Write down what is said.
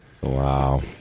Wow